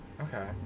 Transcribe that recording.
Okay